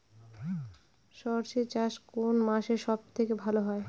সর্ষে চাষ কোন মাসে সব থেকে ভালো হয়?